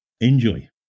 Enjoy